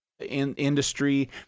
industry